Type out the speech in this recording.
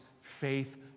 faith